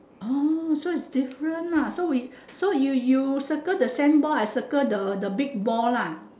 oh so it's different ah so we so you you circle the same ball I circle the big ball lah